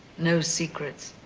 no secrets,